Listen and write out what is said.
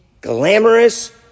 glamorous